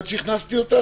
עד שהכנסתי אותה,